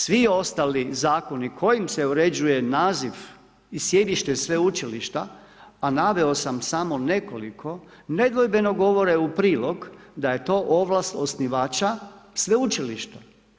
Svi ostali zakoni kojim se uređuje naziv i sjedište sveučilišta, a naveo sam samo nekoliko nedvojbeno govore u prilog da je to ovlast osnivača sveučilišta.